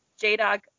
J-Dog